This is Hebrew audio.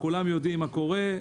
כולם יודעים מה קורה,